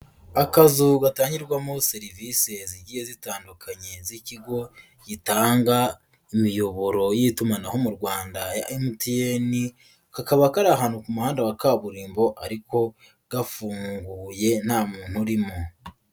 Akazu gatangirwamo serivisi zigiye zitandukanye z'ikigo gitanga imiyoboro y'itumanaho mu Rwanda ya MTN, kakaba kari ahantu ku muhanda wa kaburimbo ariko gafunguye nta muntu urimo.